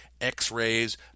x-rays